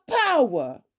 power